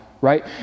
right